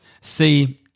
see